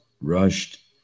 rushed